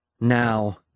Now